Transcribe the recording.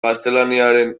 gaztelaniaren